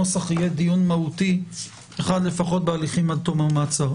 הנוסח יהיה דיון מהותי אחד לפחות בהליכים עד תום המעצר.